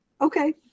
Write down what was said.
Okay